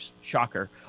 shocker